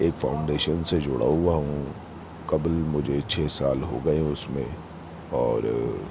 ایک فاؤنڈیشن سے جڑا ہوا ہوں قبل مجھے چھ سال ہو گئے ہیں اس میں اور